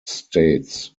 states